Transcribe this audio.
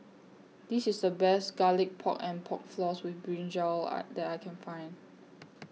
This IS The Best Garlic Pork and Pork Floss with Brinjal I that I Can Find